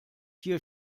hier